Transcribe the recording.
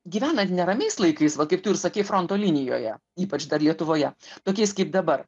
gyvenant neramiais laikais vat kaip tu ir sakei fronto linijoje ypač dar lietuvoje tokiais kaip dabar